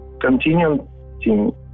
continuing